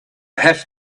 have